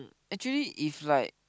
actually if like